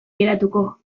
geratuko